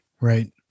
Right